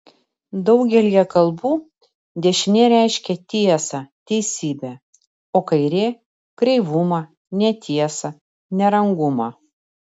daugelyje kalbų dešinė reiškia tiesą teisybę o kairė kreivumą netiesą nerangumą